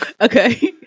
Okay